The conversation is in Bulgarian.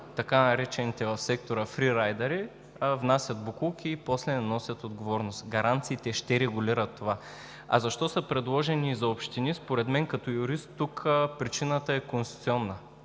така наречените в сектора фрирайдъри, внасят боклук и после не носят отговорност. Гаранциите ще регулират това. А защо са предложени и за общини? Според мен като юрист тук причината е конституционна.